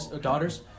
daughters